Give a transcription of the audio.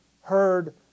heard